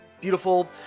beautiful